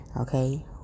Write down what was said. okay